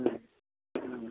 হয়